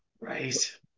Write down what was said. Right